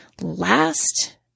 Last